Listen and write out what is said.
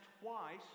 twice